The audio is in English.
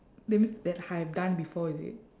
that means that I have done before is it